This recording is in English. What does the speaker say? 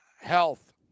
health